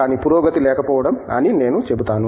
కానీ పురోగతి లేకపోవడం అని నేను చెబుతాను